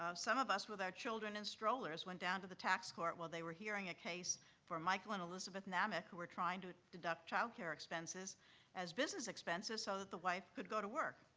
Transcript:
some of us, with our children in strollers, went down to the tax court while they were hearing a case for michael and elizabeth nammack who were trying to deduct childcare expenses as business expenses so that the wife could go to work.